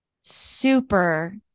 super